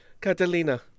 Catalina